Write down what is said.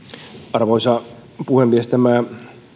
arvoisa puhemies tämä